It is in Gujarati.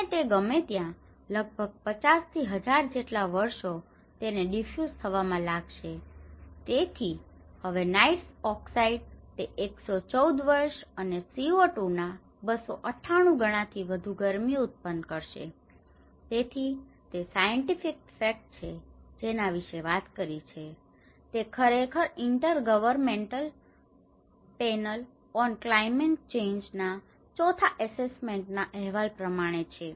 અને તે ગમે ત્યાં લગભગ 50 થી 1000 જેટલા વર્ષો તેને ડિફ્યુઝ થવામાં લાગશે અને તેથી હવે નાઈટ્રસ ઓક્સાઇડ તે 114 વર્ષ અને CO2 ના 298 ગણા થી વધુ ગરમી ઉત્પન્ન કરશે તેથી તે સાયન્ટિફિક ફેક્ટ છે જેના વિશે વાત કરી તે ખરેખર intergovernmental panel on climate change ના ચોથા એસેસમેન્ટ ના અહેવાલ પ્રમાણે છે